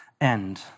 end